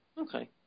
Okay